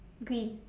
green